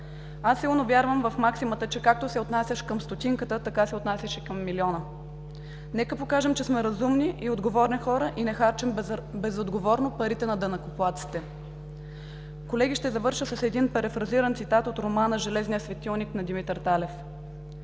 Колеги, ще завърша с един перифразиран цитат от романа „Железният светилник“ на Димитър Талев: